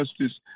justice